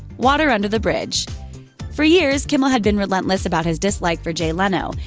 water under the bridge for years, kimmel had been relentless about his dislike for jay leno.